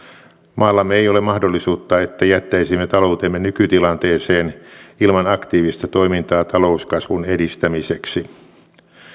maallamme ei ole mahdollisuutta että jättäisimme taloutemme nykytilanteeseen ilman aktiivista toimintaa talouskasvun edistämiseksi